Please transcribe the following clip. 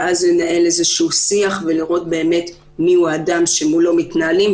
ואז לנהל איזשהו שיח ולראות באמת מיהו האדם שמולו מתנהלים,